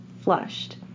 flushed